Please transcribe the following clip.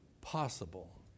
possible